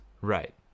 right